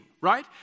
Right